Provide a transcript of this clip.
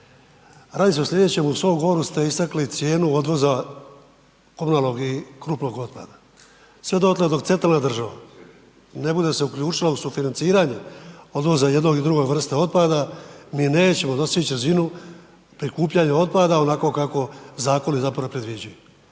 Radi se o slijedećem, u svom govoru ste istakli cijenu odvoza komunalnog i krupnog otpada. Sve dotle dok centralna država ne bude se uključila u sufinanciranje odvoza jedne i druge vrste otpada, mi nećemo dostići razinu prikupljanja otpada onako kako zakoni zapravo predviđaju.